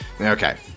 Okay